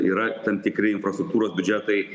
yra tam tikri infrastruktūros biudžetai